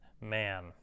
man